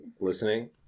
listening